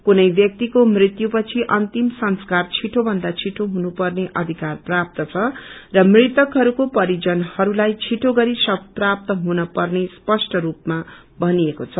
कुनै व्यक्तिको मृत्यु पछि अन्तिम संस्कार छिठो भन्दा छिठो हुनु पर्ने अधिकार प्राप्त छ र मृतकहरूको परिजनहरूलाई छिठो गरी शव प्राप्त हुन पर्ने स्पष्ट रूपमा भनिएको छ